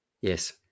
Yes